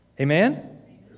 Amen